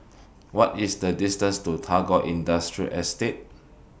What IS The distance to Tagore Industrial Estate